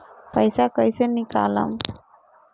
पैसा कैसे निकालम?